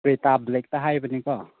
Creta ꯕ꯭ꯂꯦꯛꯇ ꯍꯥꯏꯕꯅꯦꯀꯣ